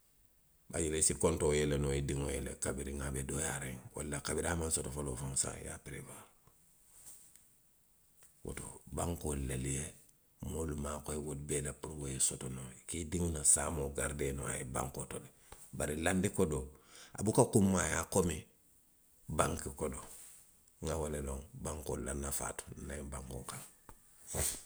Bayiri i si kontoo yele noo i diŋo ye le kabiriŋ a be dooyaariŋ, walla kabiriŋ a maŋ soto foloo faŋ i se a je i ye a perewuwaari. Woto bankoo lelu ye moolu maakoyi wolu bee la puru wo ye soto noo, ka i diŋo la saamoo garidee noo a ye bankoo to de. bari laandi kodoo. a buka kunmaayaa komi, banki kodoo. Nŋa wo le loŋ bankoolu la nafaa to nna ňiŋ bankoo kaŋ.